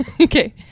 Okay